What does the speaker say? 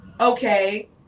okay